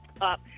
up